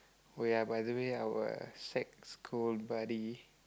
oh ya by the way our sec school buddy